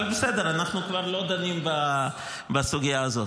אבל בסדר, אנחנו כבר לא דנים בסוגיה הזאת.